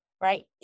Right